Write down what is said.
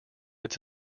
its